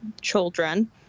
children